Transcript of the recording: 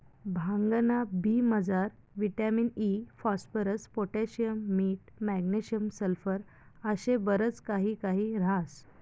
भांगना बी मजार विटामिन इ, फास्फरस, पोटॅशियम, मीठ, मॅग्नेशियम, सल्फर आशे बरच काही काही ह्रास